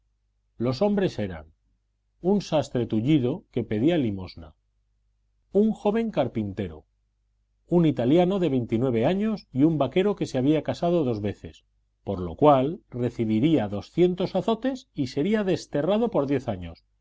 los hombres eran un sastre tullido que pedía limosna un joven carpintero un italiano de veintinueve años y un vaquero que se había casado dos veces por lo cual recibiría doscientos azotes y seria desterrado por diez años